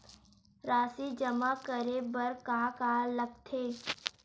राशि जमा करे बर का का लगथे?